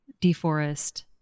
deforest